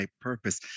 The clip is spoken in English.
purpose